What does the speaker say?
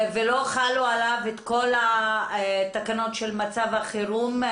ולא חלו עליו התקנות של מצב החירום.